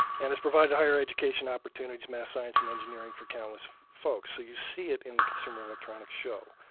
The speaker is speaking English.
and it's provided higher education opportunities, math, science, and engineering for countless folks. so you see it in the consumer electronics show.